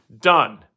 Done